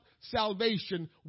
salvation